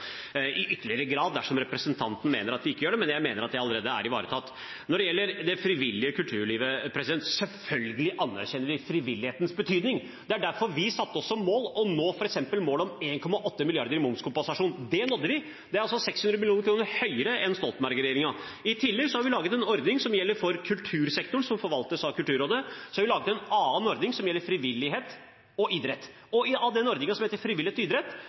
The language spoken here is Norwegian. ytterligere dersom representanten mener at det ikke er det, men jeg mener at det allerede er ivaretatt. Når det gjelder det frivillige kulturlivet: Selvfølgelig anerkjenner vi frivillighetens betydning. Det er derfor vi satte oss som mål å nå 1,8 mrd. kr i momskompensasjon. Det nådde vi, og det er 600 mill. kr høyere enn Stoltenberg-regjeringen. I tillegg har vi laget en ordning som gjelder for kultursektoren, og som forvaltes av Kulturrådet. Og så har vi laget en annen ordning som gjelder frivillighet og idrett. I ordningen som gjelder frivillighet og idrett, har 317 mill. kr i fjor gått til nettopp det frie kulturfeltet og